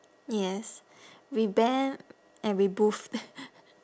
yes reband and reboot